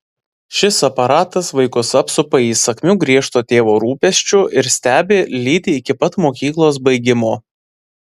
šis aparatas vaikus apsupa įsakmiu griežto tėvo rūpesčiu ir stebi lydi iki pat mokyklos baigimo